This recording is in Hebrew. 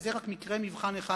וזה רק מקרה מבחן אחד,